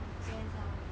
depends ah